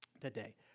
today